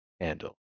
handle